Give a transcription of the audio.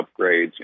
upgrades